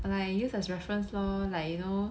like use as reference lor like you know